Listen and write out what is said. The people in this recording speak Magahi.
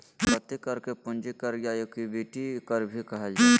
संपत्ति कर के पूंजी कर या इक्विटी कर भी कहल जा हइ